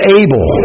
able